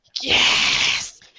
yes